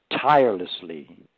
tirelessly